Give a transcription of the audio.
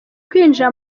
kwinjira